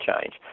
change